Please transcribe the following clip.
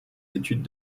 études